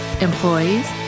employees